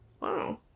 Wow